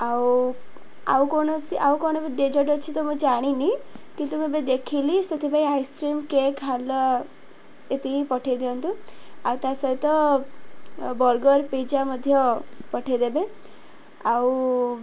ଆଉ ଆଉ କୌଣସି ଆଉ କ'ଣ ଡେଜର୍ଟ ଅଛି ତ ମୁଁ ଜାଣିନି କିନ୍ତୁ ମୁଁ ଏବେ ଦେଖିଲି ସେଥିପାଇଁ ଆଇସ୍କ୍ରିମ୍ କେକ୍ ହାଲୁଆ ଏତିକି ପଠେଇ ଦିଅନ୍ତୁ ଆଉ ତା ସହିତ ବର୍ଗର ପିଜ୍ଜା ମଧ୍ୟ ପଠେଇଦେବେ ଆଉ